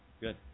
Good